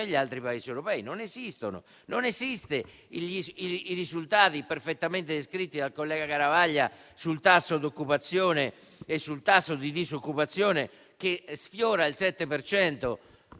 degli altri Paesi europei. Non esistono i risultati, perfettamente descritti dal collega Garavaglia, sul tasso di occupazione e sul tasso di disoccupazione, che sfiora il 7